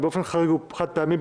אבל באופן חריג וחד פעמי,